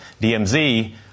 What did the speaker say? DMZ